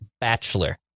Bachelor